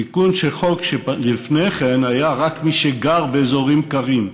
זה תיקון של חוק שלפני כן היה רק למי שגר באזורים קרים,